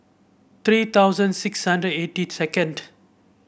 three thousand six hundred eighty second